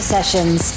Sessions